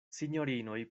sinjorinoj